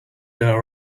that